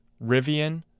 Rivian